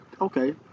okay